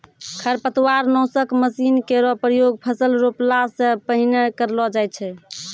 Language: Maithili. खरपतवार नासक मसीन केरो प्रयोग फसल रोपला सें पहिने करलो जाय छै